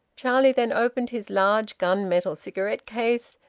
charlie then opened his large gun-metal cigarette case,